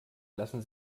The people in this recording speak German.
lassen